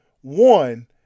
One